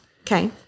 Okay